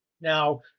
Now